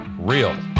Real